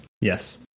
yes